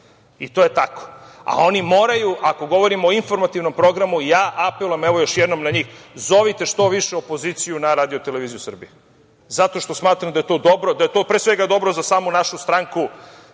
To je tako. Oni moraju, ako govorimo o informativnom programu, apelujem još jednom na njih, zovite što više opoziciju na RTS, zato što smatram da je to dobro, da je to pre svega dobro za samu našu stranku